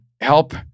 help